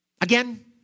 Again